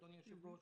אדוני היושב-ראש,